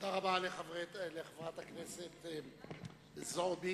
תודה רבה לחברת הכנסת זועבי.